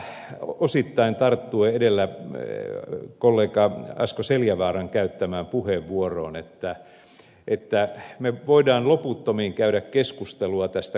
jopa osittain tartun kollega asko seljavaaran edellä käyttämään puheenvuoroon että me voimme loputtomiin käydä keskustelua tästä kuntakoosta